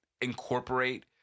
incorporate